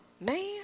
Man